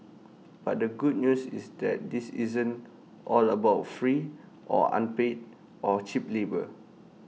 but the good news is that this isn't all about free or unpaid or cheap labour